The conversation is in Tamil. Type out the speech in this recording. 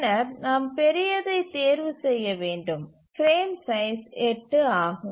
பின்னர் நாம் பெரியதை தேர்வு செய்ய வேண்டும் பிரேம் சைஸ் 8 ஆகும்